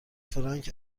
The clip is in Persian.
فرانک